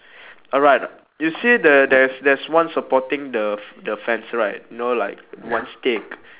alright you see there there's there's one supporting the f~ the fence right you know like one stick